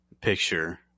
picture